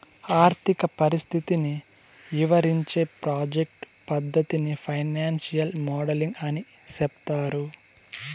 ఆర్థిక పరిస్థితిని ఇవరించే ప్రాజెక్ట్ పద్దతిని ఫైనాన్సియల్ మోడలింగ్ అని సెప్తారు